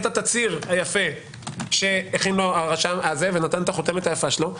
את התצהיר היפה שהכין לו הרשם ונתן לו את החותמת היפה שלו,